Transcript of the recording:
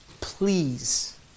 please